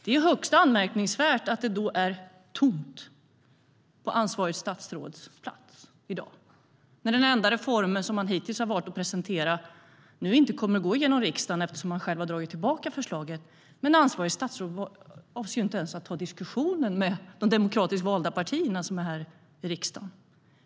Det är högst anmärkningsvärt att det i dag är tomt på ansvarigt statsråds plats. Den enda reform som man hittills har valt att presentera kommer inte att gå igenom i riksdagen eftersom man själv har dragit tillbaka förslaget. Men ansvarigt statsråd avser inte ens att ta diskussionen med de demokratiskt valda partierna som är här i riksdagen.